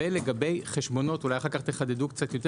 ולגבי חשבונות אולי אחר כך תחדדו קצת יותר